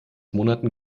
monaten